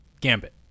Gambit